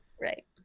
Right